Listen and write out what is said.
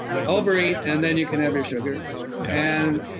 over eat, and then you can have your sugar yeah.